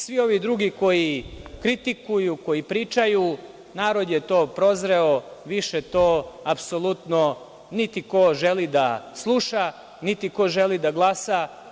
Svi ovi drugi koji kritikuju koji pričaju, narod je to prozreo, više to apsolutno niti ko želi da sluša, niti ko želi da glasa.